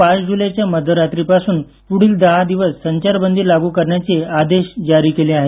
पाच जुलैच्या मध्यरात्रीपासून पुढील दहा दिवस संचारबंदी लागू करण्याचे आदेश जारी केले आहेत